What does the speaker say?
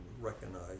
recognize